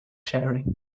sharing